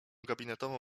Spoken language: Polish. gabinetową